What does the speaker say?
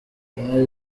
bimwe